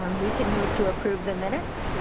um we can move to approve the minutes.